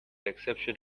exception